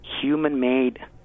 human-made